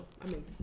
Amazing